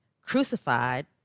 crucified